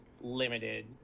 limited